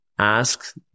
ask